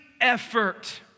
effort